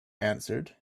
answered